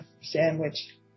sandwich